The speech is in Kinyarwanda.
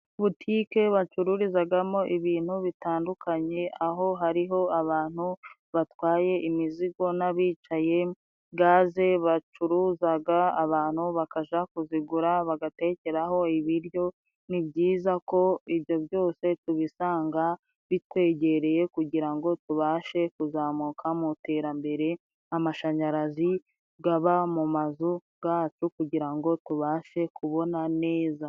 Butike bacururizagamo ibintu bitandukanye aho hariho abantu batwaye imizigo n'abicaye. Gaze bacuruzaga, abantu bakaja kuzigura bagatekeraho ibiryo. Ni byiza ko ibyo byose tubisanga bitwegereye kugira ngo tubashe kuzamuka mu iterambere. Amashanyarazi gaba mu mazu gacu kugira ngo tubashe kubona neza.